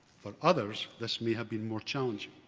for others, there may have been more challenges.